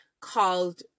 called